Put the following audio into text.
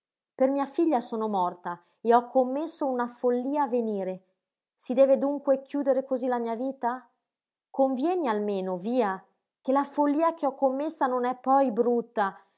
per mia figlia sono morta e ho commesso una follia a venire si deve dunque chiudere cosí la mia vita convieni almeno via che la follia che ho commessa non è poi brutta